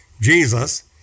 Jesus